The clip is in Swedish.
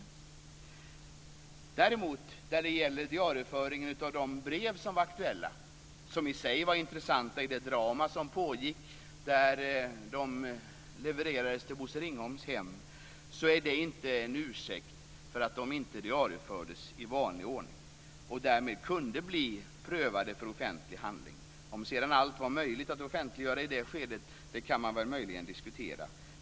När det däremot gäller diarieföring av de brev som har varit aktuella, som i sig var intressanta i det drama som pågick, och som levererades till Bosse Ringholms hem så är det senare inte en ursäkt för att de inte diariefördes i vanlig ordning. Därmed kunde de ha blivit prövade som offentlig handling. Om sedan allt var möjligt att offentliggöra i det skedet kan man möjligen diskutera.